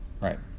Right